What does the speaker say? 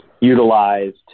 utilized